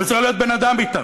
וצריך להיות בן-אדם אתם.